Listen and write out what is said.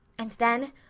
and then,